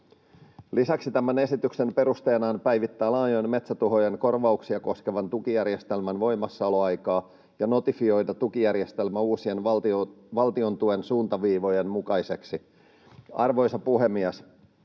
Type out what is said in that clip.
Lisäksi tämän esityksen perusteena on päivittää laajojen metsätuhojen korvauksia koskevan tukijärjestelmän voimassaoloaikaa ja notifioida tukijärjestelmä uusien valtiontuen suuntaviivojen mukaiseksi. Arvoisa puhemies!